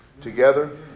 together